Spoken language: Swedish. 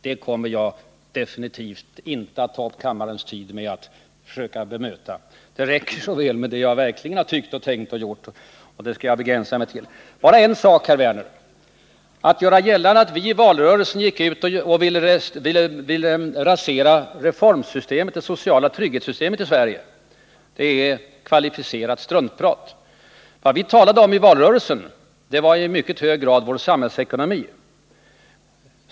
Jag kommer definitivt inte att ta upp kammarens tid med att försöka bemöta det. Det räcker så väl med det jag verkligen har tyckt, tänkt och gjort, och det skall jag begränsa mig till. Bara en sak, Lars Werner! Att göra gällande att vi i valrörelsen gick ut och ville rasera reformsystemet, det sociala trygghetssystemet i Sverige, är kvalificerat struntprat. Vad vi talade om i valrörelsen var i mycket hög grad vår samhällsekonomi.